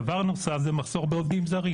דבר נוסף הוא המחסור בעובדים זרים